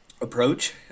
approach